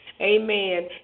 Amen